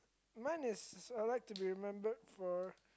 mine is I like to be remembered for